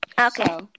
Okay